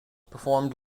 performed